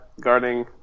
guarding